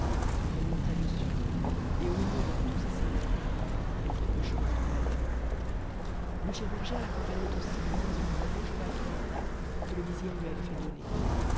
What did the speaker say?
elle monta dessus et au milieu de tous ces seigneurs elle prit le chemin du palais le chirurgien l'accompagnait aussi monté sur un beau cheval tartare que le vizir lui avait fait donner